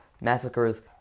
massacres